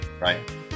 right